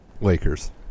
Lakers